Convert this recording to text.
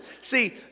See